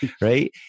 right